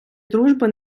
дружби